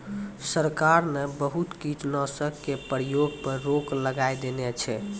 सरकार न बहुत कीटनाशक के प्रयोग पर रोक लगाय देने छै